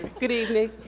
good evening.